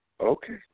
Okay